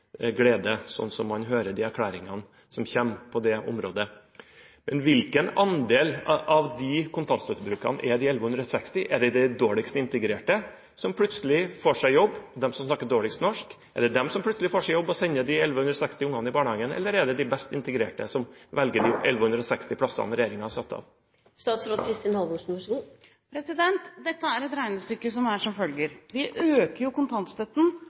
glede, sånn som en hører de erklæringene som kommer på dette området. Hvilke av kontantstøttebrukerne velger de 1160 plassene – er det de dårligst integrerte, de som snakker dårligst norsk, som plutselig får seg jobb og sender 1160 unger i barnehagen, eller er det de best integrerte som velger de 1160 plassene regjeringen har satt av? Dette er et regnestykke som er som følger: Vi øker kontantstøtten